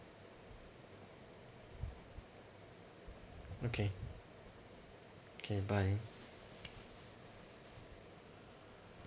okay okay bye